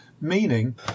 meaning